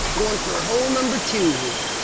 going for hole number two here.